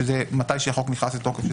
כשהחוק נכנס לתוקף,